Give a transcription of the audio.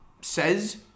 says